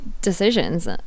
decisions